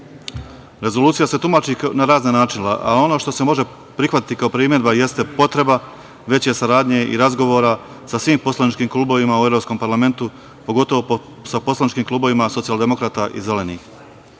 se tumači na razne načine, a ono što se može prihvatiti, kao primedba, jeste potreba veće saradnje i razgovora sa svim poslaničkim klubovima, u Evropskom parlamentu, pogotovo sa poslaničkim klubovima socijaldemokrata i zeleni.